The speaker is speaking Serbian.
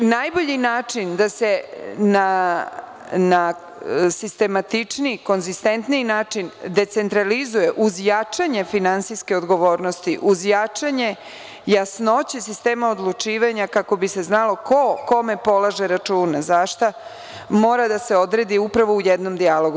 Najbolji način da se na sistematičniji, konzinstentniji način decentralizuje uz jačanje finansijske odgovornosti uz jačanje jasnoće sistema odlučivanja kako bi se znalo ko kome polaže račune zašto mora da se odredi upravo u jednom dijalogu.